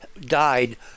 died